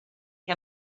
che